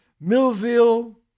Millville